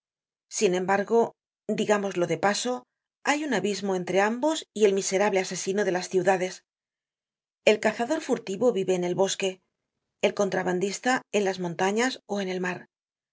sin embargo digámoslo de paso hay un abismo entre ambos y el miserable asesino de las ciudades el cazador furtivo vive en el bosque el contrabandista en las montañas ó en el mar las